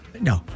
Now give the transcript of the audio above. No